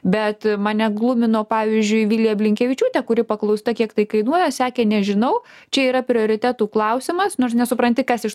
bet mane glumino pavyzdžiui vilija blinkevičiūtė kuri paklausta kiek tai kainuoja sakė nežinau čia yra prioritetų klausimas nors nesupranti kas iš